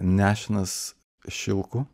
nešinas šilku